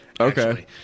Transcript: Okay